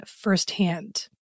firsthand